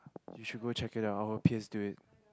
you should go check it out please do it